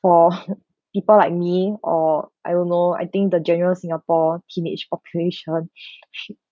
for people like me or I don't know I think the general singapore teenage operation ship